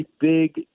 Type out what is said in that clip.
big